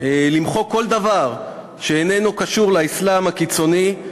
למחוק כל דבר שאיננו קשור לאסלאם הקיצוני,